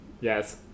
Yes